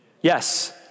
Yes